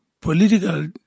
Political